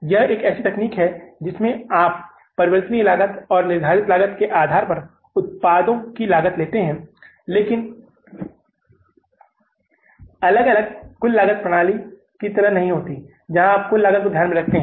यह एक ऐसी तकनीक है जिसमें आप परिवर्तनीय लागत और निर्धारित लागत के आधार पर उत्पादों की लागत लेते हैं लेकिन अलग अलग कुल लागत प्रणाली की तरह नहीं होती है जहाँ आप कुल लागत को ध्यान में रखते हैं